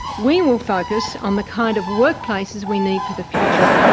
we will focus on the kind of workplaces we need for the future.